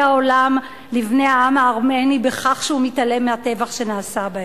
העולם לבני העם הארמני בכך שהוא מתעלם מהטבח שנעשה בהם.